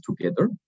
together